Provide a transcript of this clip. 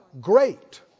great